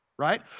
right